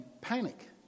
panic